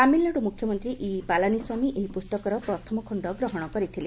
ତାମିଲନାଡ଼ୁ ମୁଖ୍ୟମନ୍ତ୍ରୀ ଇ ପଲାନିସ୍ୱାମୀ ଏହି ପୁସ୍ତକର ପ୍ରଥମ ଖଣ୍ଡ ଗ୍ରହଣ କରିଥିଲେ